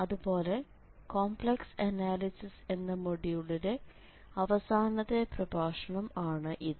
അതുപോലെ complex analysis എന്ന മൊഡ്യൂളിലെ അവസാനത്തെ പ്രഭാഷണം ആണ് ഇത്